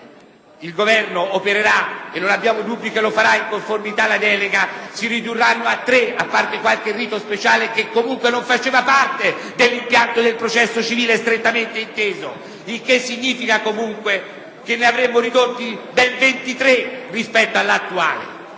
il Governo opererà (e non abbiamo dubbi che lo farà) in conformità alla delega, si ridurranno a tre, a parte qualche rito speciale che comunque non faceva parte dell'impianto del processo civile strettamente inteso. Ciò significa che ne avremo eliminati ben ventitré rispetto alla